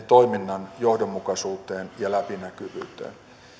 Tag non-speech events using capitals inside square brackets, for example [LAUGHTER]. [UNINTELLIGIBLE] toiminnan johdonmukaisuuteen ja läpinäkyvyyteen